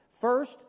First